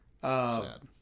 Sad